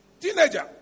Teenager